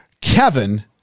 Kevin